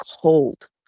cold